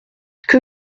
que